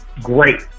great